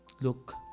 look